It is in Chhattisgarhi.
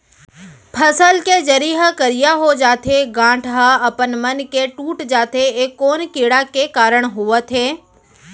फसल के जरी ह करिया हो जाथे, गांठ ह अपनमन के टूट जाथे ए कोन कीड़ा के कारण होवत हे?